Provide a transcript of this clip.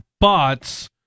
bots